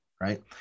right